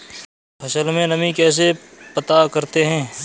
फसल में नमी कैसे पता करते हैं?